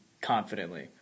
confidently